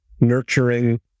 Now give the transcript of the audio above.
nurturing